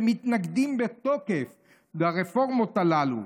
שמתנגדים בתוקף לרפורמות הללו.